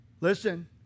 Listen